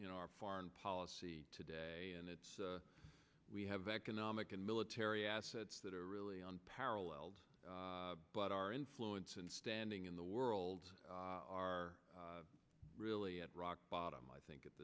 our foreign policy today and it's we have economic and military assets that are really on paralleled but our influence and standing in the world are really at rock bottom i think at